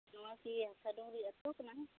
ᱱᱚᱶᱟ ᱠᱤ ᱦᱟᱥᱟ ᱰᱩᱝᱨᱤ ᱟᱹᱛᱳ ᱠᱟᱱᱟ